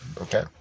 Okay